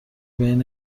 بین